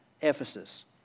Ephesus